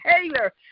Taylor